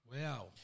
Wow